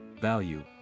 Value